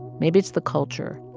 maybe it's the culture.